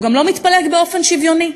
והוא גם לא מתפלג באופן שוויוני.